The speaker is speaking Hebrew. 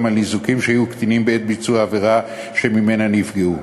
על ניזוקים שהיו קטינים בעת ביצוע העבירה שממנה נפגעו.